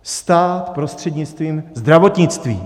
Stát prostřednictvím zdravotnictví.